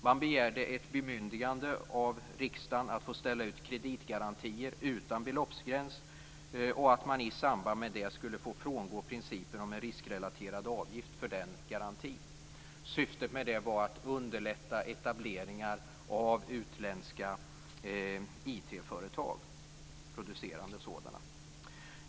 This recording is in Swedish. Man begärde ett bemyndigande av riksdagen att få ställa ut kreditgarantier utan beloppsgräns och att man i samband med det skulle få frångå principen om en riskrelaterad avgift för den garantin. Syftet med det var att underlätta etableringar av utländska IT-företag, producerande sådana.